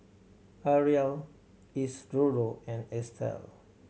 Arla Isidro and Estel